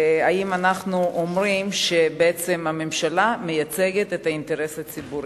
האם אנחנו אומרים שבעצם הממשלה מייצגת את האינטרס הציבורי.